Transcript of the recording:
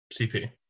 CP